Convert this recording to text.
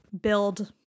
build